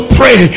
pray